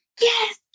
yes